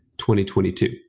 2022